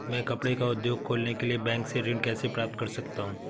मैं कपड़े का उद्योग खोलने के लिए बैंक से ऋण कैसे प्राप्त कर सकता हूँ?